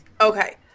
Okay